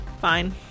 Fine